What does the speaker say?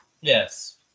yes